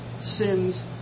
sins